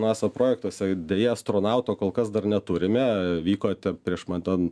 nasa projektuose deja astronauto kol kas dar neturime vykote prieš man ten